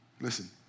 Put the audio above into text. Listen